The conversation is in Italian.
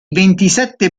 ventisette